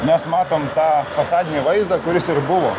mes matom tą fasadinį vaizdą kuris ir buvo